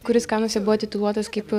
kuris kanuose buvo tituluotas kaip